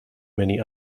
many